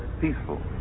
peaceful